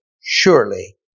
surely